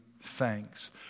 thanks